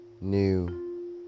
new